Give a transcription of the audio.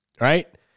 right